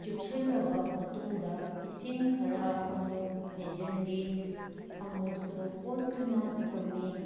ꯆꯨꯞꯁꯤꯜꯂꯕ ꯃꯇꯨꯡꯗ ꯏꯁꯤꯡ ꯈꯔ ꯑꯃꯨꯛ ꯍꯩꯖꯤꯜꯂꯤ ꯑꯃꯨꯛꯁꯨ ꯑꯣꯠꯇꯨꯅ ꯊꯝꯃꯤ